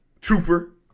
trooper